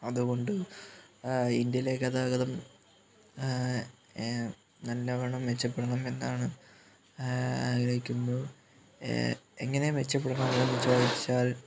അതുകൊണ്ട് ഇന്ത്യയിലേ ഗതാഗതം നല്ലവണ്ണം മെച്ചപ്പെടണമെന്നാണ് ആഗ്രഹിക്കുമ്പോൾ എങ്ങനെ മെച്ചപ്പെടണമെന്ന് ചോദിച്ചാൽ